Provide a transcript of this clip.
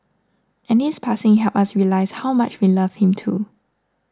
and his passing helped us realise how much we loved him too